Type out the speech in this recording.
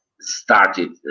started